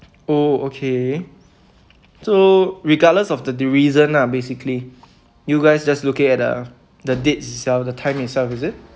oh okay so regardless of the reason lah basically you guys just looking at the the date itself the time itself is it